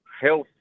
health